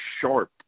sharp